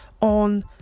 on